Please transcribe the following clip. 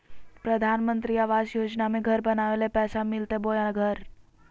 प्रधानमंत्री आवास योजना में घर बनावे ले पैसा मिलते बोया घर?